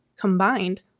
combined